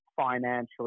financially